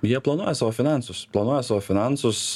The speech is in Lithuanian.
jie planuoja savo finansus planuoja savo finansus